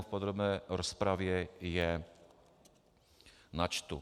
V podrobné rozpravě je načtu.